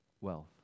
wealth